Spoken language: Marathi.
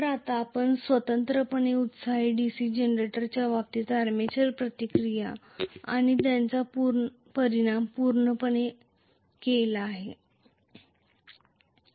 तर आता आपण स्वतंत्रपणे एक्सायटेड DC जनरेटरच्या बाबतीत आर्मेचर प्रतिक्रिया आणि त्याचा परिणाम पूर्ण केला आहे